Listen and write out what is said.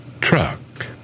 truck